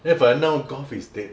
eh but now golf is dead